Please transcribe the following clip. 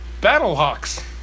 Battlehawks